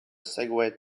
segway